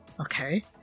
okay